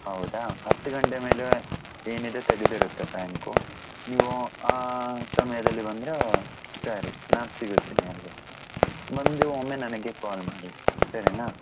ಹೌದಾ ಹತ್ತು ಗಂಟೆ ಮೇಲೆ ಏನಿದೆ ತೆಗೆದಿರುತ್ತೆ ಬ್ಯಾಂಕ್ ನೀವು ಆ ಸಮಯದಲ್ಲಿ ಬಂದರೆ ಸರಿ ನಾನು ಸಿಗುತ್ತೀನಿ ಅಲ್ಲೇ ಬಂದು ಒಮ್ಮೆ ನನಗೆ ಕಾಲ್ ಮಾಡಿ ಸರಿನಾ